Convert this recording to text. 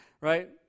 right